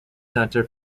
center